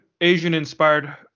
Asian-inspired